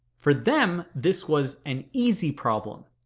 for them, this was an easy problem,